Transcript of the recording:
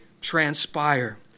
transpire